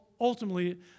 ultimately